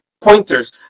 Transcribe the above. pointers